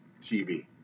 TV